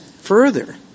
further